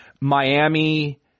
miami